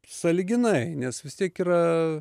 sąlyginai nes vis tiek yra